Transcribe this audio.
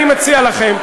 אני מציע לכם,